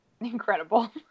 Incredible